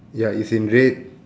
ya it's in red